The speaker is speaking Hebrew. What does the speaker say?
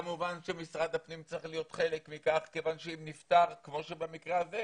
כמובן שמשרד הפנים צריך להיות חלק מכך כי כמו שבמקרה הזה,